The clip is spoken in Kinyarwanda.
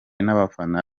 n’abafana